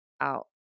out